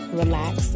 relax